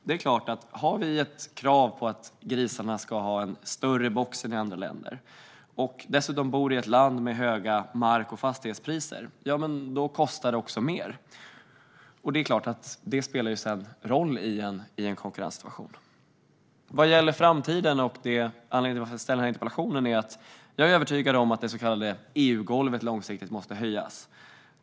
Det är klart att det kommer att kosta mer om vi har krav på att grisarna ska ha en större box än i andra länder, särskilt som vi bor i ett land med höga mark och fastighetspriser, vilket spelar roll i en konkurrenssituation. Vad gäller framtiden är jag övertygad om att det så kallade EU-golvet långsiktigt måste höjas, vilket också är anledningen till att jag ställde denna interpellation.